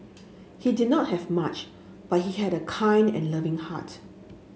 he did not have much but he had a kind and loving heart